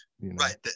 Right